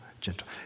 gentle